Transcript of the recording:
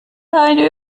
ein